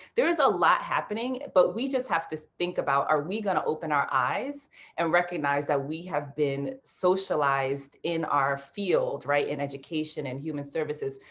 there is a lot happening, but we just have to think about are we going to open our eyes and recognize that we have been socialized in our field, right, in education, in human services,